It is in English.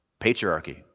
patriarchy